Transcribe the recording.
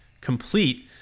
complete